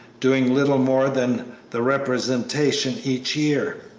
doing little more than the representation each year.